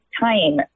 time